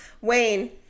wayne